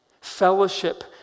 Fellowship